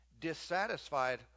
dissatisfied